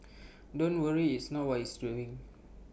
don't worry it's knows what it's doing